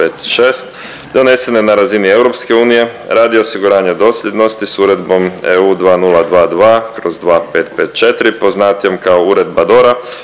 donesene na razini EU radi osiguranja dosljednosti s uredbom EU 2022/2554 poznatijom kao Uredba